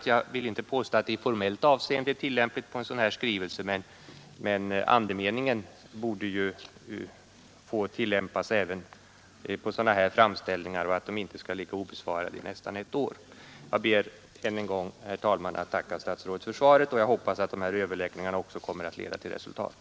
Jag vill inte påstå att det i formellt avseende är tillämpligt på en sådan här skrivelse, men andemeningen borde få gälla även för sådana framställningar så att de inte skall ligga obesvarade i nästan ett år. Jag ber än en gång, herr talman, att få tacka herr statsrådet för svaret, och jag hoppas att överläggningarna kommer att leda till resultat.